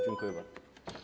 Dziękuję bardzo.